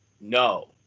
No